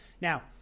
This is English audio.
Now